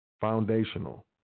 foundational